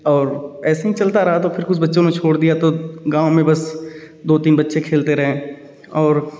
और ऐसे ही चलता रहा तो फिर कुछ बच्चों ने छोड़ दिया तो गाँव में बस दो तीन बच्चे खेलते रहे और